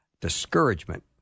Discouragement